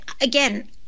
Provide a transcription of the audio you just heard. again